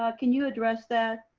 ah can you address that?